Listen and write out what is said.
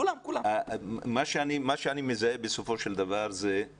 כולם בסופו של דבר אני מזהה תפיסה